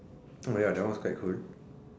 oh my god that one also quite cool